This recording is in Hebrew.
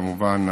כמובן,